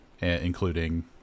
including